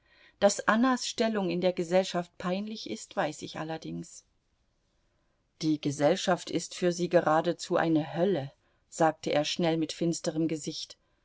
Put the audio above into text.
daß annas stellung in der gesellschaft peinlich ist weiß ich allerdings die gesellschaft ist für sie geradezu eine hölle sagte er schnell mit finsterem gesicht